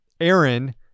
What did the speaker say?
Aaron